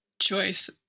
choice